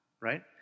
Right